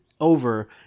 over